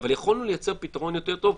אבל יכולנו לייצר פתרון יותר טוב,